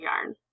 yarn